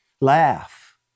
Laugh